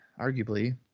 arguably